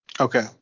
Okay